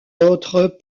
autres